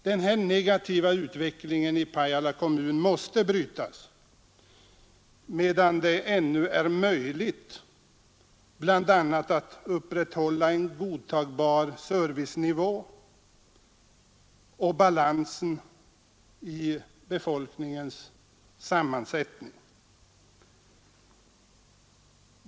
Denna negativa utveckling i Pajala kommun måste brytas medan det ännu är möjligt bl.a. att upprätthålla en godtagbar servicenivå och balansen i befolkningens sammansättning.